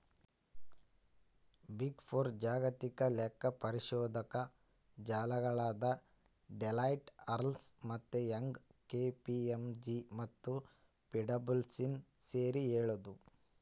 big four ಜಾಗತಿಕ ಲೆಕ್ಕಪರಿಶೋಧಕ ಜಾಲಗಳಾದ ಡೆಲಾಯ್ಟ್, ಅರ್ನ್ಸ್ಟ್ ಮತ್ತೆ ಯಂಗ್, ಕೆ.ಪಿ.ಎಂ.ಜಿ ಮತ್ತು ಪಿಡಬ್ಲ್ಯೂಸಿನ ಸೇರಿ ಹೇಳದು